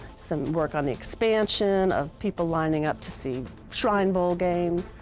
some work on the expansion, of people lining up to see shrine bowl games.